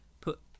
put